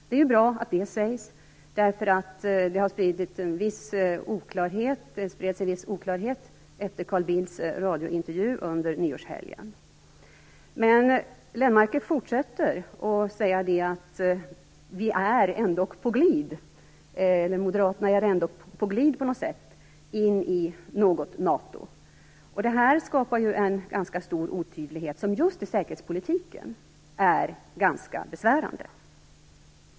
Det är bra att det sägs därför att det spred sig en viss oklarhet efter Carl Bildts radiointervju under nyårshelgen. Men Lennmarker fortsätter med att säga att Moderaterna på något sätt ändå är på glid in i NATO. Det här skapar en ganska stor otydlighet som just i säkerhetspolitiken är besvärande.